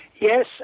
Yes